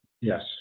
Yes